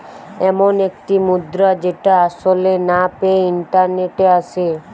এমন একটি মুদ্রা যেটা আসলে না পেয়ে ইন্টারনেটে আসে